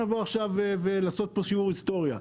אנחנו לא נבוא עכשיו לעשות פה שיעור היסטוריה,